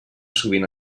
sovint